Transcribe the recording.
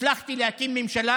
הצלחתי להקים ממשלה,